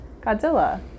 Godzilla